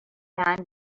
man